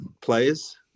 players